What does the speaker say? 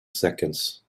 seconds